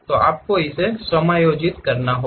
तो आपको इसे समायोजित करना होगा